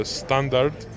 standard